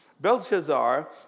Belshazzar